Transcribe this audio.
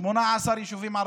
18 יישובים ערביים,